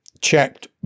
checked